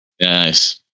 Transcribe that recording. Nice